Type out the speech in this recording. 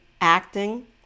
acting